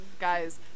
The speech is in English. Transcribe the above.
guys